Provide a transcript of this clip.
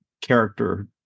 character